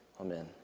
Amen